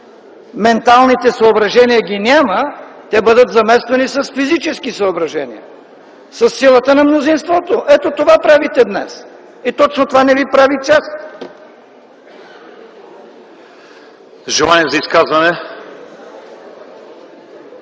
металните съображения ги няма, те биват замествани с физически съображения - със силата на мнозинството. Ето това правите днес! И точно това не ви прави чест! ПРЕДСЕДАТЕЛ